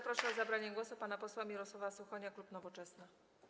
Proszę o zabranie głosu pana posła Mirosława Suchonia, klub Nowoczesna.